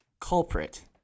culprit